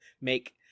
make